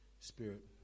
spirit